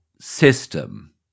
system